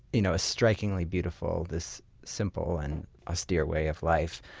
you know strikingly beautiful, this simple and austere way of life.